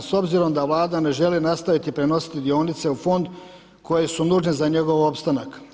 S obzirom da Vlada ne želi nastaviti prenositi dionice u Fond koji su nužni za njegov opstanak.